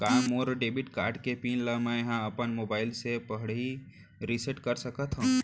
का मोर debit card के पिन ल मैं ह अपन मोबाइल से पड़ही रिसेट कर सकत हो?